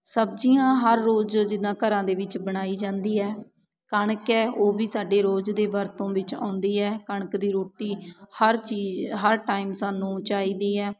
ਸਬਜ਼ੀਆਂ ਹਰ ਰੋਜ਼ ਜਿੱਦਾਂ ਘਰਾਂ ਦੇ ਵਿੱਚ ਬਣਾਈ ਜਾਂਦੀ ਹੈ ਕਣਕ ਹੈ ਉਹ ਵੀ ਸਾਡੇ ਰੋਜ਼ ਦੇ ਵਰਤੋਂ ਵਿੱਚ ਆਉਂਦੀ ਹੈ ਕਣਕ ਦੀ ਰੋਟੀ ਹਰ ਚੀਜ਼ ਹਰ ਟਾਈਮ ਸਾਨੂੰ ਚਾਹੀਦੀ ਹੈ